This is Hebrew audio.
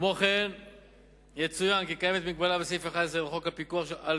כמו כן יצוין כי קיימת מגבלה בסעיף 11 לחוק הפיקוח על